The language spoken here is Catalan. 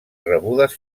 rebudes